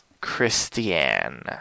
Christiane